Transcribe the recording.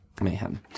mayhem